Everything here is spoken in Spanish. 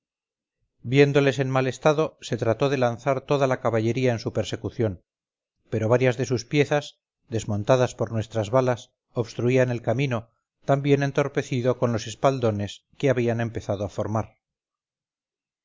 viéndoles en mal estado se trató de lanzar toda la caballería en su persecución pero varias de sus piezas desmontadas por nuestras balas obstruían el camino también entorpecido con los espaldones que habían empezado a formar